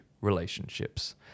relationships